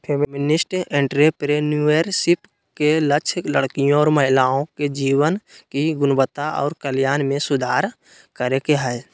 feminist entrepreneurship के लक्ष्य लड़कियों और महिलाओं के जीवन की गुणवत्ता और कल्याण में सुधार करे के हय